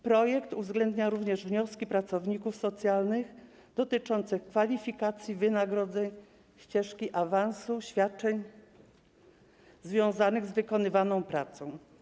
Projekt uwzględnia również wnioski pracowników socjalnych dotyczące kwalifikacji, wynagrodzeń, ścieżki awansu i świadczeń związanych z wykonywaną pracą.